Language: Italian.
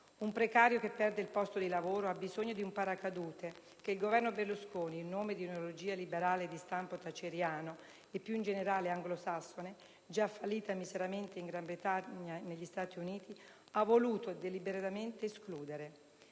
Un precario che perde il posto di lavoro ha bisogno di un paracadute che il Governo Berlusconi, in nome di una ideologia liberale di stampo thatcheriano e più in generale anglosassone, già fallita miseramente in Gran Bretagna e negli Stati Uniti, ha voluto deliberatamente escludere.